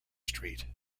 street